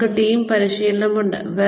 ഞങ്ങൾക്ക് ടീം പരിശീലനമുണ്ട്